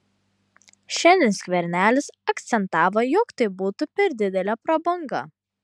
šiandien skvernelis akcentavo jog tai būtų per didelė prabanga